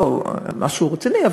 לא משהו רציני,